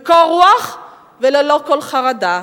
בקור רוח וללא כל חרדה.